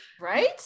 right